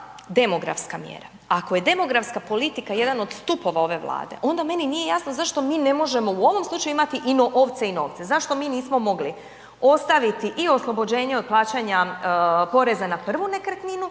demografska mjera, ako je demografska politika jedan do stupova ove Vlade, onda meni nije jasno zašto mi ne možemo u ovom slučaju imati i ovce i ovce, zašto mi nismo mogli ostaviti i oslobođenje od plaćanja poreza na prvu nekretninu